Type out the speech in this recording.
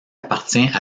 appartient